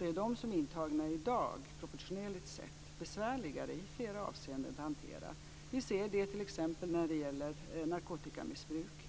är de som är intagna i dag proportionerligt sett besvärligare att hantera i flera avseenden. Vi ser det t.ex. när det gäller narkotikamissbruk.